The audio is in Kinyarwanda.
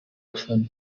abafana